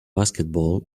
basketball